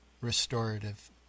restorative